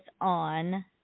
on